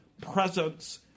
Presence